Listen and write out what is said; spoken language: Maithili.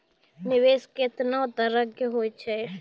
निवेश केतना तरह के होय छै?